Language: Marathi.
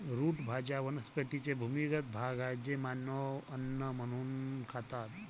रूट भाज्या वनस्पतींचे भूमिगत भाग आहेत जे मानव अन्न म्हणून खातात